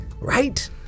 right